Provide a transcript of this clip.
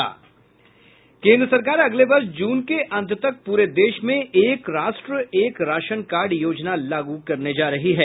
केन्द्र सरकार अगले वर्ष जून के अंत तक पूरे देश में एक राष्ट्र एक राशन कार्ड योजना लागू करने जा रही है